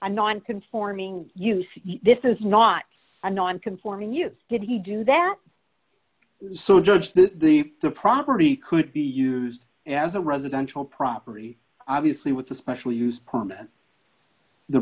a non conforming use this is not a non conforming use did he do that so judge that the the property could be used as a residential property obviously with a special use